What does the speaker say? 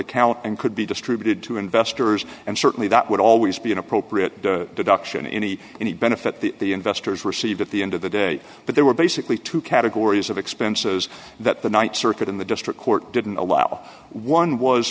account and could be distributed to investors and certainly that would always be an appropriate deduction in any any benefit the investors received at the end of the day but they were basically two categories of expenses that the th circuit in the district court didn't allow one was